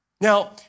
Now